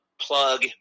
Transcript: plug